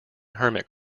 hermit